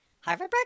Harvard